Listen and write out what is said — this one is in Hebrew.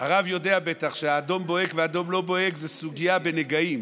הרב יודע בטח שאדום בוהק ואדום לא בוהק זה סוגיה בנגעים,